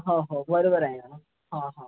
हो हो बरोबर आहे ना हां हां